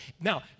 Now